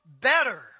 better